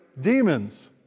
demons